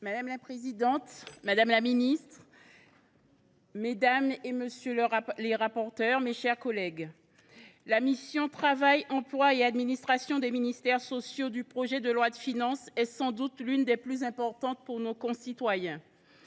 Madame la présidente, madame la ministre, mes chers collègues, la mission « Travail, emploi et administration des ministères sociaux » du projet de loi de finances est sans doute l’une des plus importantes pour nos concitoyens.